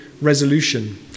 resolution